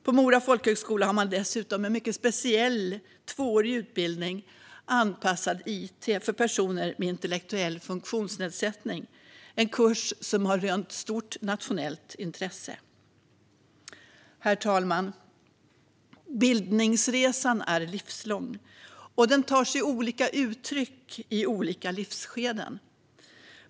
På Mora folkhögskola har man dessutom en mycket speciell tvåårig utbildning i anpassad it för personer med intellektuell funktionsnedsättning - en kurs som har rönt stort nationellt intresse. Herr talman! Bildningsresan är livslång, och den tar sig olika uttryck i olika livsskeden.